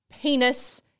penis